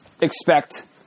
expect